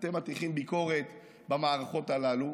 אתם מטיחים ביקורת במערכות הללו.